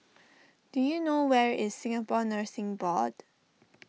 do you know where is Singapore Nursing Board